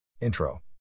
Intro